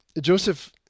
Joseph